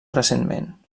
recentment